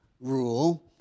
rule